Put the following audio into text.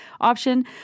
option